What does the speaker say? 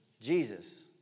Jesus